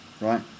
right